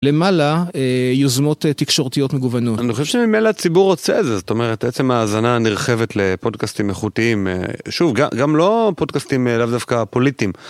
למעלה, יוזמות תקשורתיות מגוונות. אני חושב שממילא ציבור רוצה את זה, זאת אומרת, עצם ההאזנה הנרחבת לפודקאסטים איכותיים, שוב, גם לא פודקאסטים לאו דווקא פוליטיים.